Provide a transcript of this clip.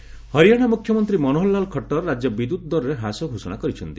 Khattar power Haryana ମୁଖ୍ୟମନ୍ତ୍ରୀ ମନୋହରଲାଲ୍ ଖଟ୍ଟର ରାଜ୍ୟ ବିଦ୍ୟୁତ୍ ଦରରେ ହ୍ରାସ ଘୋଷଣା କରିଛନ୍ତି